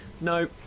no